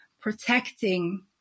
protecting